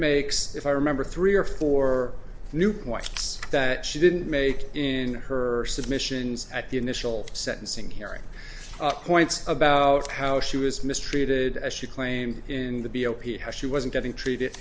makes if i remember three or four new points that she didn't make in her submissions at the initial sentencing hearing points about how she was mistreated as she claimed in the b o p s how she wasn't getting treated